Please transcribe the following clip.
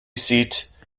seat